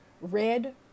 red